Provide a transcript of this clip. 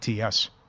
ATS